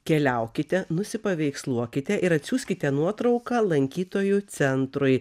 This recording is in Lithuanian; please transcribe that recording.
keliaukite nusipaveiksluokite ir atsiųskite nuotrauką lankytojų centrui